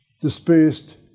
dispersed